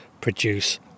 produce